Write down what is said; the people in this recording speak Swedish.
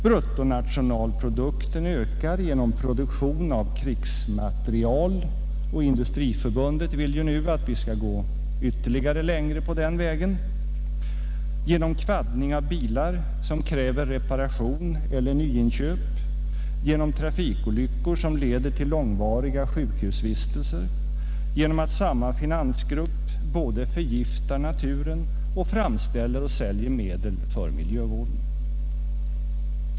Bruttonationalprodukten ökar genom produktion av krigsmateriel — Industriförbundet vill ju nu att vi skall gå ännu längre på den vägen —, genom kvaddning av bilar som kräver reparation eller nyinköp, genom trafikolyckor som leder till långvariga sjukhusvistelser, genom att samma finansgrupp både förgiftar naturen och framställer och säljer medel för miljövården.